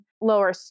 lower